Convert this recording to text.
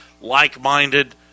like-minded